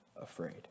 afraid